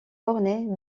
ornée